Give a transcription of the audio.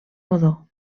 godó